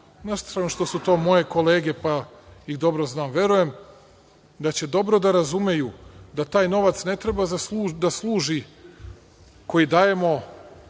na stranu što su to moje kolege, pa ih dobro znam, verujem da će dobro da razumeju da taj novac ne treba da služi koji dajemo,